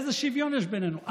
איזה שוויון יש בינינו?